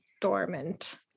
dormant